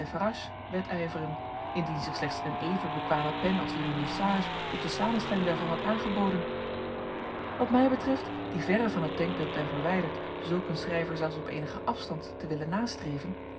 wedijveren indien zich slechts een even bekwame pen als die van le sage tot de samenstelling daarvan had aangeboden wat mij betreft die verre van het denkbeeld ben verwijderd zulk een schrijver zelfs op eenigen afstand te willen nastreven